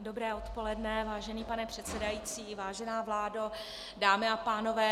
Dobré odpoledne, vážený pane předsedající, vážená vládo, dámy a pánové.